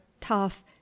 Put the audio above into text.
tough